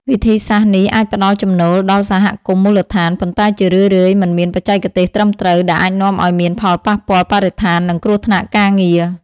វិធីសាស្ត្រនេះអាចផ្ដល់ចំណូលដល់សហគមន៍មូលដ្ឋាន ប៉ុន្តែជារឿយៗមិនមានបច្ចេកទេសត្រឹមត្រូវ ដែលអាចនាំឲ្យមានផលប៉ះពាល់បរិស្ថាន និងគ្រោះថ្នាក់ការងារ។